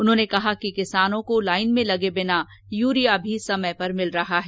उन्होंने कहा कि किसानों को लाइन में लगे बिना यूरिया भी समय पर मिल रहा है